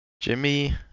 Jimmy